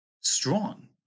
strong